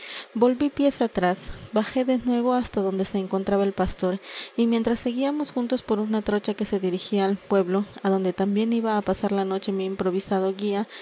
volví pies atrás bajé de nuevo hasta donde se encontraba el pastor y mientras seguíamos juntos por una trocha que se dirigía al pueblo adonde también iba á pasar la noche mi improvisado guía